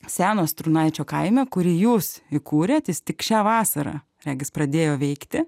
seno strūnaičio kaime kurį jūs įkūrėt jis tik šią vasarą regis pradėjo veikti